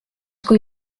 kui